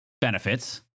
benefits